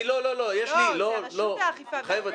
לא, זה רשות האכיפה והגבייה, לאה.